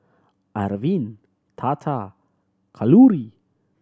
Arvind Tata and Kalluri